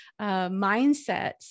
mindsets